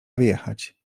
wyjechać